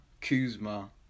Kuzma